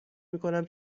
میکنم